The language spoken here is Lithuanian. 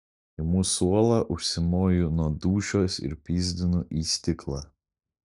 imu suolą užsimoju nuo dūšios ir pyzdinu į stiklą